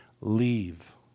leave